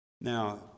Now